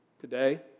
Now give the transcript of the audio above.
today